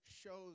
shows